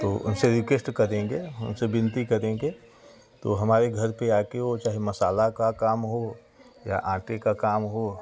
तो उनसे रिक्वेस्ट करेंगे उनसे विनती करेंगे तो हमारे घर पे आके वो चाहे मसाला का काम हो या आँटें का काम हो